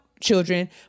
children